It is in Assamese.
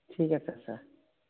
ঠিক আছে ছাৰ